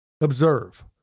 Observe